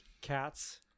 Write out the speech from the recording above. cat's